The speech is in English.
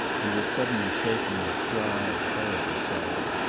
and was suddenly shaken with dry, terrible sobbing.